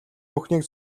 бүхнийг